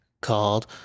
called